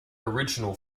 original